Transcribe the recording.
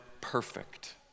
perfect